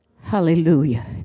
Hallelujah